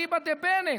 אליבא דבנט,